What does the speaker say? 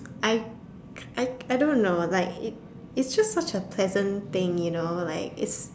I I I don't know like it it's just such a pleasant thing you know like